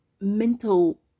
mental